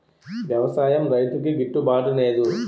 వ్యవసాయం రైతుకి గిట్టు బాటునేదు